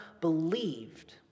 believed